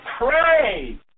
Pray